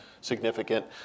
significant